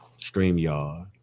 StreamYard